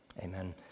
amen